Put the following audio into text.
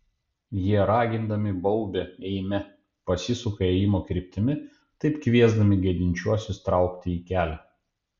jie ragindami baubia eime pasisuka ėjimo kryptimi taip kviesdami gedinčiuosius traukti į kelią